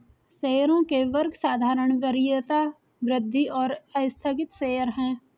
शेयरों के वर्ग साधारण, वरीयता, वृद्धि और आस्थगित शेयर हैं